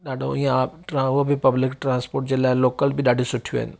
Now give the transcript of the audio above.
ॾाढो उहे ॿि पब्लिक ट्रांसपोर्ट जे लाइ लोकल ॿि ॾाढियूं सुठियूं आहिनि